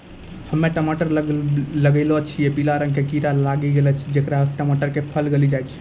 हम्मे टमाटर लगैलो छियै पीला रंग के कीड़ा लागी गैलै जेकरा से टमाटर के फल गली जाय छै?